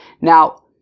Now